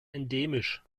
endemisch